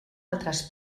altres